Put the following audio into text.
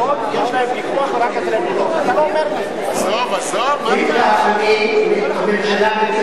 אתה אמרת לי איך מדינות אחרות יש להן פיקוח ורק אצלנו לא,